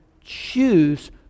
choose